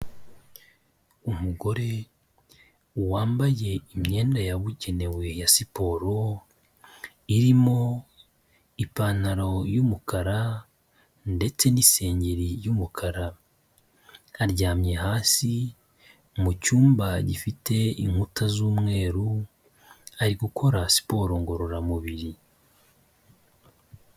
Umugore wambaye imyenda yabugenewe ya siporo, irimo ipantaro y'umukara ndetse n'isengeri yumukara, aryamye hasi mu cyumba gifite inkuta z'umweru, ari gukora siporo ngororamubiri.